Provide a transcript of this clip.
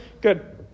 Good